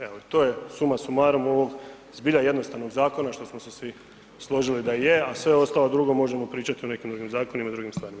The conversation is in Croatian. Evo, i to je suma sumarum ovog zbilja jednostavnog zakona što smo se svi složili da je, a sve ostalo drugo možemo pričat o nekim drugim zakonima i drugim stvarima.